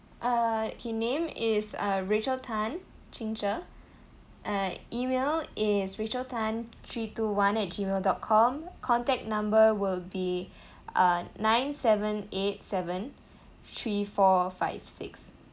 uh okay name is uh rachel tan uh email is rachel tan three two one at gmail dot com contact number will be uh nine seven eight seven three four five six